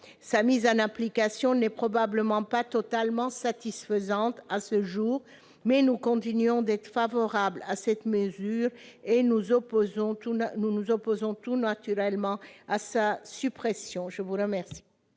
Sa mise en application n'est probablement pas totalement satisfaisante à ce jour, mais nous continuons d'être favorables à cette mesure et nous nous opposons tout naturellement à sa suppression. La parole